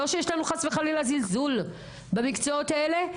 לא שיש לנו חס וחלילה זלזול במקצועות האלה.